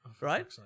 right